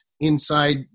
inside